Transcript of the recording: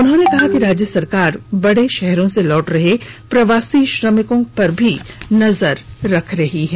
उन्होंने कहा कि राज्य सरकार बड़े शहरों से लौट रहे प्रवासी श्रमिकों पर भी नजर रख रही है